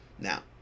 now